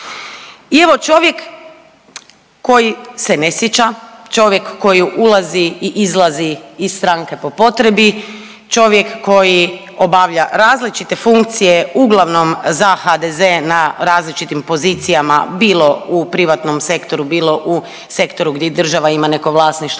I evo čovjek koji se ne sjeća, čovjek koji ulazi i izlazi iz stranke po potrebi, čovjek koji obavlja različite funkcije uglavnom za HDZ na različitim pozicijama bilo u privatnom sektoru, bilo u sektoru gdje i država ima neko vlasništvo,